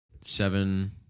seven